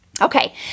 Okay